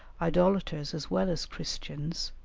idolaters as well as christians,